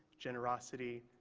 generosity,